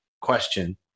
question